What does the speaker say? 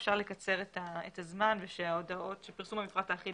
פשר לקצר את הזמן ושפרסום המפרט האחיד